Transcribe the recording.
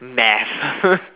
math